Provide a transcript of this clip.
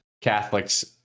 Catholics